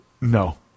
No